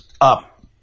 up